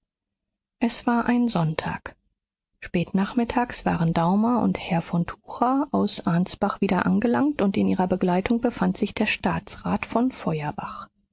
es war ein sonntag spätnachmittags waren daumer und herr von tucher aus ansbach wieder angelangt und in ihrer begleitung befand sich der staatsrat von feuerbach